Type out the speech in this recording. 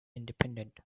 independent